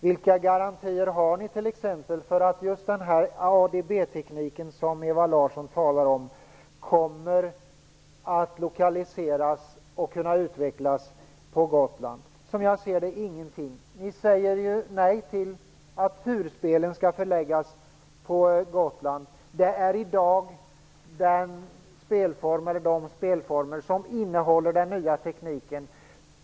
Vilka garantier har ni t.ex. för att just ADB-tekniken, som Ewa Larsson talade om, kommer att lokaliseras till och utvecklas på Gotland? Som jag ser det har ni inga garantier! Ni säger ju nej till att förlägga turspelen på Gotland. Det är de spelformerna som innehåller den nya tekniken.